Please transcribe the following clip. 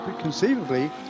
conceivably